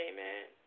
Amen